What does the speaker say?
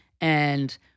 And-